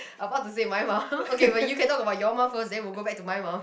about to say my mum okay but you can talk about your mum first then we'll go back to my mum